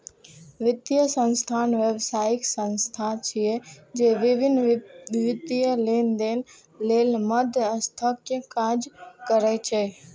वित्तीय संस्थान व्यावसायिक संस्था छिय, जे विभिन्न वित्तीय लेनदेन लेल मध्यस्थक काज करै छै